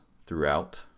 throughout